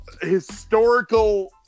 historical